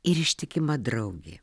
ir ištikima draugė